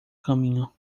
caminho